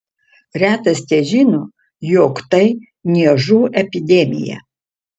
retas težino jog tai niežų epidemija